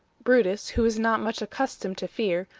brutus, who was not much accustomed to fear,